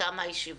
תמה הישיבה.